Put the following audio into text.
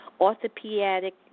orthopedic